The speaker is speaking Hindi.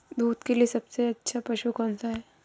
दूध के लिए सबसे अच्छा पशु कौनसा है?